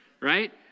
right